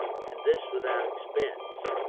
and this without expense,